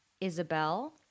Isabel